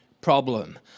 problem